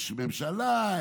יש ממשלה,